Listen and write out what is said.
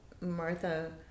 Martha